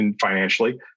financially